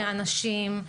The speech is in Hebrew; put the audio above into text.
מאנשים,